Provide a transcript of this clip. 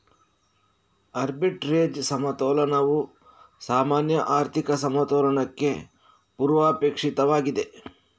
arbitrage ಸಮತೋಲನವು ಸಾಮಾನ್ಯ ಆರ್ಥಿಕ ಸಮತೋಲನಕ್ಕೆ ಪೂರ್ವಾಪೇಕ್ಷಿತವಾಗಿದೆ